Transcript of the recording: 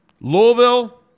Louisville